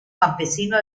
campesino